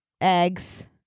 Eggs